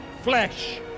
flesh